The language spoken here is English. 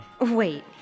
Wait